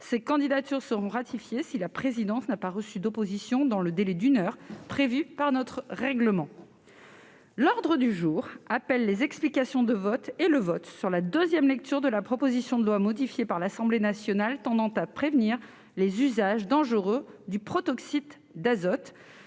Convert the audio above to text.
Ces candidatures seront ratifiées si la présidence n'a pas reçu d'opposition dans le délai d'une heure prévu par notre règlement. L'ordre du jour appelle, à la demande du groupe Union Centriste, les explications de vote et le vote sur la deuxième lecture de la proposition de loi, modifiée par l'Assemblée nationale, tendant à prévenir les usages dangereux du protoxyde d'azote